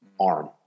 arm